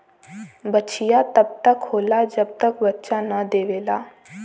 बछिया तब तक होला जब तक बच्चा न देवेला